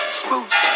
spooks